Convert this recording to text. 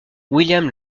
william